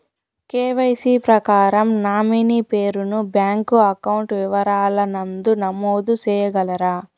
KYC ప్రకారం nominee పేరు ను బ్యాంకు అకౌంట్ వివరాల నందు నమోదు సేయగలరా?